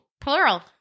Plural